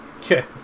Okay